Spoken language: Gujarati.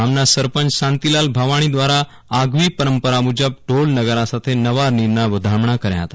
ગામના સરપંચ શાંતિલાલ ભાવાણી દ્વારા આગવી પરંપરા મુજબ ઢોલ નગારા સાથે નવા નીરના વધામણા કર્યા હતા